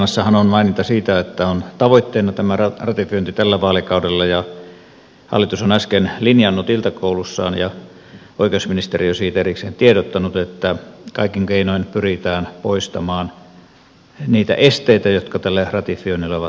hallitusohjelmassahan on maininta siitä että on tavoitteena tämä ratifiointi tällä vaalikaudella ja hallitus on äsken linjannut iltakoulussaan ja oikeusministeriö siitä erikseen tiedottanut että kaikin keinoin pyritään poistamaan niitä esteitä jotka tälle ratifioinnille ovat olemassa